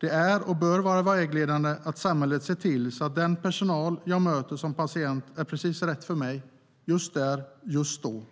Det är och bör vara vägledande att samhället ser till att den personal jag möter som patient är precis rätt för mig just där, just då